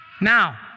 Now